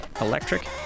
electric